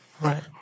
Right